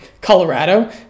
Colorado